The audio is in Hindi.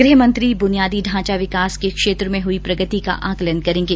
गृहमंत्री बुनियादी ढांचा विकास के क्षेत्र में हई प्रगति का आकलन करेंगे